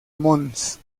mons